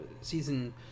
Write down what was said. season